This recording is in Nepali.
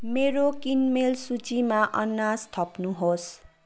मेरो किनमेल सूचीमा अनाज थप्नुहोस्